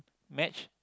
match